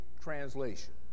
translation